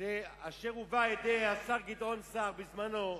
אשר הובאה על-ידי השר גדעון סער בזמנו.